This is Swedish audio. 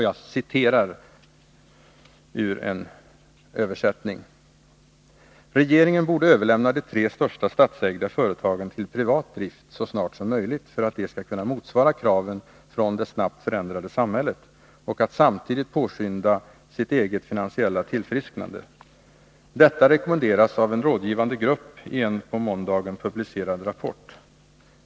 Jag citerar ur en översättning: ”Regeringen borde överlämna de tre största statsägda företagen till privat drift ”så snart som möjligt” för att de skall kunna motsvara kraven från ”det snabbt förändrade samhället” och samtidigt påskynda sitt eget finansiella tillfrisknande. Detta rekommenderas av en rådgivande grupp i en på måndagen publicerad rapport.